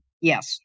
Yes